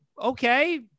okay